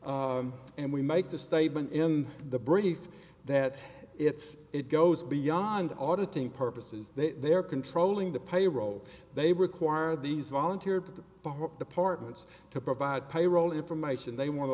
and we make the statement in the brief that it's it goes beyond auditing purposes they're controlling the payroll they require these volunteered departments to provide payroll information they want a